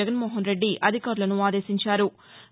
జగన్నోహన్ రెడ్డి అధికారులను ఆదేశించారు